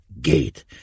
gate